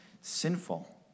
sinful